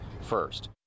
first